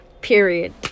Period